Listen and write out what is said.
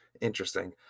Interesting